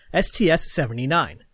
STS-79